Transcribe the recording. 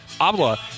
Abla